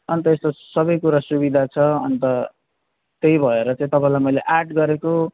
अनि त यस्तो सबै कुरा सुविधा छ अनि त त्यही भएर चाहिँ तपाईँलाई मैले आठ गरेको